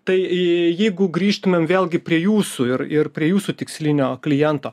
tai jeigu grįžtumėm vėlgi prie jūsų ir ir prie jūsų tikslinio kliento